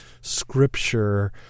scripture